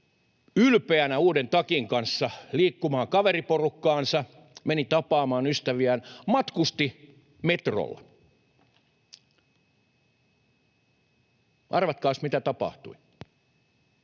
ylpeänä uuden takin kanssa liikkumaan kaveriporukkaansa, meni tapaamaan ystäviään, matkusti metrolla. Arvatkaas, mitä tapahtui.